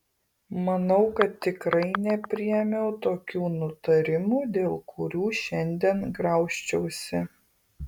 manau kad tikrai nepriėmiau tokių nutarimų dėl kurių šiandien graužčiausi